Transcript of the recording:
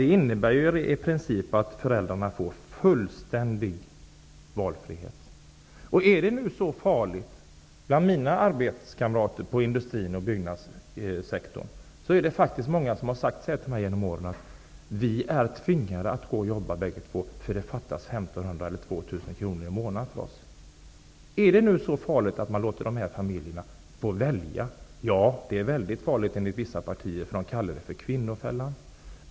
Det innebär ju att föräldrarna i princip får fullständig valfrihet. Är det så farligt? Många av mina arbetskamrater i industrin och inom byggnadssektorn har genom åren sagt till mig att familjens båda vuxna är tvingade att jobba, därför att det fattas 1 500 eller 2 000 kr i månaden för dem. Är det nu så farligt att låta dessa familjer få välja? Ja, det är väldigt farligt enligt vissa partier. De kallar det för kvinnofälla.